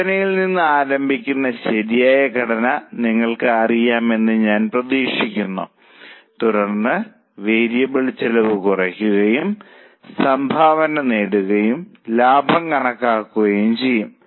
വിൽപ്പനയിൽ നിന്ന് ആരംഭിക്കുന്ന ശരിയായ ഘടന നിങ്ങൾക്ക് അറിയാമെന്ന് ഞാൻ പ്രതീക്ഷിക്കുന്നു തുടർന്ന് വേരിയബിൾ ചെലവ് കുറയ്ക്കുകയും സംഭാവന നേടുകയും ലാഭം കണക്കാക്കുകയും ചെയ്യും